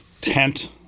tent